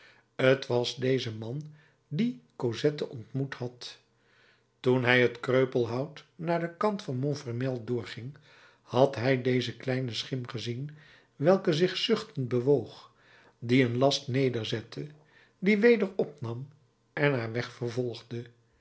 t was deze man dien cosette ontmoet had toen hij het kreupelhout naar den kant van montfermeil doorging had hij deze kleine schim gezien welke zich zuchtend bewoog die een last nederzette dien weder opnam en haar weg vervolgde